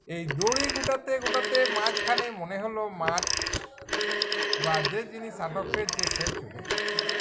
এই দড়ি গোটাতে গোটাতে মাঝখানে মনে হল মাছ বা যে জিনিস আটক পেয়েছে সে চলে গিয়েছে